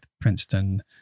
princeton